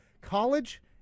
college